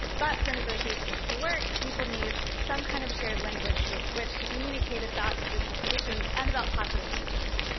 but for negotiations to work, people need some kind of shared language of which to communicate about existing conditions, and about possible futures.